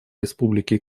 республики